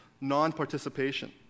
non-participation